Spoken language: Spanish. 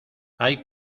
hay